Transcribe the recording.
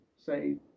say